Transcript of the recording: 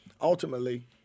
Ultimately